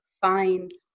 finds